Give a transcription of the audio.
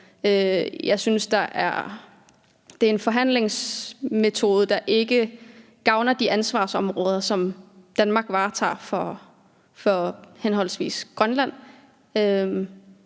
Jeg synes, det er en forhandlingsmetode, der ikke gavner de ansvarsområder, som Danmark varetager for i det her tilfælde Grønland,